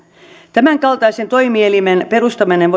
tämänkaltaisen toimielimen perustaminen